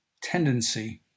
tendency